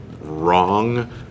wrong